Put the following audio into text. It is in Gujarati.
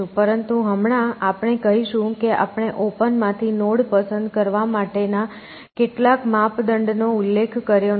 પરંતુ હમણાં આપણે કહીશું કે આપણે ઓપન માંથી નોડ પસંદ કરવા માટેના કેટલાક માપદંડનો ઉલ્લેખ કર્યો નથી